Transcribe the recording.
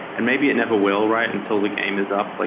and maybe it never will right until the game is up. like